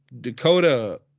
Dakota